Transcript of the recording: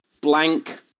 blank